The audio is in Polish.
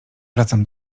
wracam